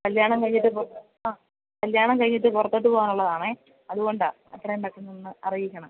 കല്യാണം കഴിഞ്ഞിട്ട് ആ കല്യാണം കഴിഞ്ഞിട്ട് പൊറത്തോട്ട് പോവാനുള്ളതാണെ അതുകൊണ്ടാ എത്രയും പെട്ടന്ന് ഒന്ന് അറിയിക്കണം